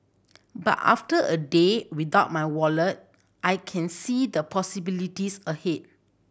but after a day without my wallet I can see the possibilities ahead